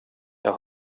jag